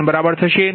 3 બરાબર હશે